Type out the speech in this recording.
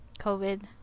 COVID